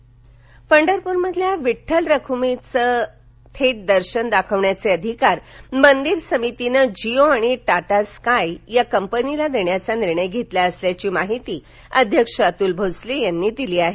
विड्डल दर्शन सोलापर पंढरपुरातल्या विठ्ठल रुक्मिणीचं थेट दर्शन दाखवण्याचे अधिकार मंदिर समितीनं जिओ आणि टाटा स्काय या कंपनीला देण्याचा निर्णय घेतला असल्याची माहिती अध्यक्ष अतूल भोसले यांनी दिली आहे